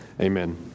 Amen